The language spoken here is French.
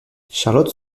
charlotte